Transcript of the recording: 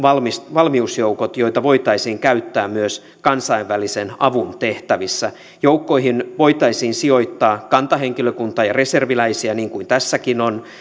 valmiusjoukot joita voitaisiin käyttää myös kansainvälisen avun tehtävissä joukkoihin voitaisiin sijoittaa kantahenkilökuntaa ja reserviläisiä niin kuin tässäkin on